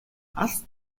алс